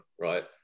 right